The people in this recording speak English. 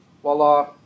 voila